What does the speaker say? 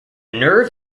nerve